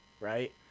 Right